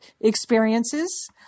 experiences